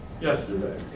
yesterday